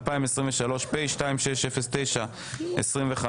התשפ"ג-2023, פ/2609/25